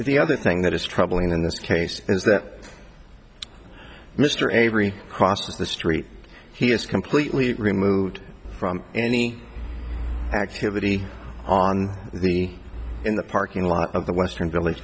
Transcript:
the other thing that is troubling in this case is that mr avery crosses the street he is completely removed from any activity on the in the parking lot of the western village